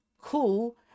cool